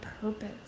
purpose